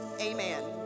Amen